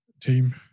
team